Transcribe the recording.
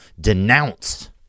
denounce